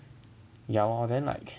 ya lor then like